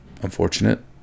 unfortunate